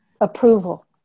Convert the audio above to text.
approval